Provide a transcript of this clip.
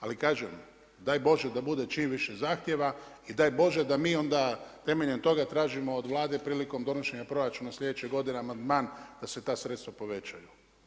Ali kažem, daj Bože da bude čim više zahtjeva i daj Bože da mi temeljem toga tražimo od Vlade priliko donošenja proračuna sljedeće godine amandman da se ta sredstva povećaju.